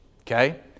Okay